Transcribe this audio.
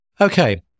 Okay